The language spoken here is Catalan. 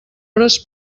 hores